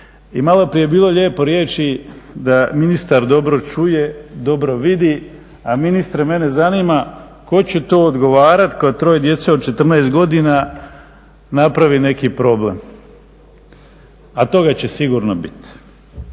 i maloprije je bilo lijepo riječi da ministar dobro čuje, dobro vidi, a ministre mene zanima tko će to odgovarati kad 3 djece od 14 godina napravi neki problem? A toga će sigurno biti.